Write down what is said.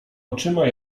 oczyma